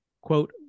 quote